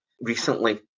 Recently